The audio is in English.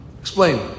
Explain